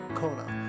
corner